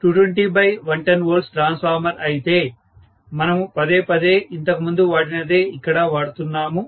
2 kVA 220110 V transformer అయితే మనము పదే పదే ఇంతకుముందు వాడినదే ఇక్కడ వాడుతున్నాము